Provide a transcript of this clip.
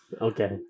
Okay